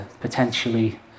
potentially